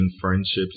friendships